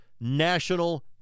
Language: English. national